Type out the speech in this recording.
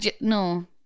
no